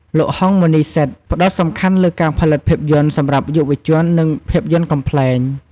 លោក ហុង មុន្នីសិដ្ឋ ផ្តោតសំខាន់លើការផលិតភាពយន្តសម្រាប់យុវជន និងភាពយន្តកំប្លែង។